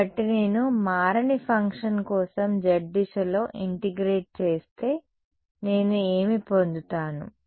కాబట్టి నేను మారని ఫంక్షన్ కోసం z దిశలో ఇంటిగ్రేట్ చేస్తే నేను ఏమి పొందుతాను